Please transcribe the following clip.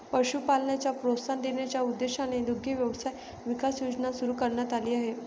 पशुपालनाला प्रोत्साहन देण्याच्या उद्देशाने दुग्ध व्यवसाय विकास योजना सुरू करण्यात आली आहे